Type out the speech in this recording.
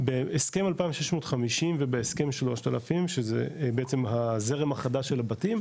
בהסכם 2650 ובהסכם 3000 שזה בעצם הזרם החדש של הבתים,